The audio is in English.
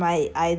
because like